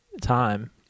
time